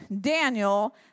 Daniel